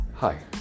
Hi